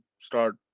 start